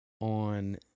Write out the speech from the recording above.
on